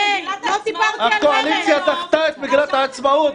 יש להם בעיה עם מגילת העצמאות.